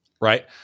Right